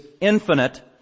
infinite